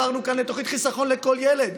שהעברנו כאן תוכנית חיסכון לכל ילד,